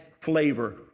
flavor